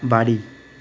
বাড়ি